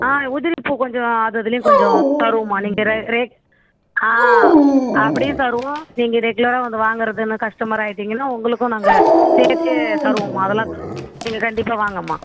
ஆ உதிரிப்பூ கொஞ்சம் அது அதுலேயும் கொஞ்சம் தருவோம்மா நீங்கள் ரெ ரே ஆ அப்படியும் தருவோம் நீங்கள் ரெகுலராக வந்து வாங்கிறதுன்னு கஸ்டமர் ஆகிட்டிங்கன்னா உங்களுக்கும் நாங்கள் சேர்த்தே தருவோம்மா அதெல்லாம் தருவோம் நீங்கள் கண்டிப்பாக வாங்கம்மா